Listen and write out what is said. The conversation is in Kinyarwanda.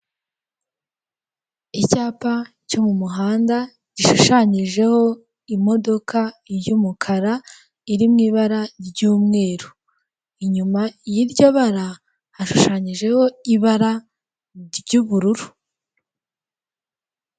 Icyapa cyo mu muhanda gishushanyijeho imodoka y'umukara iri mu ibara ry'umweru inyuma y'iryo bara hashushanyijeho ibara ry'ubururu.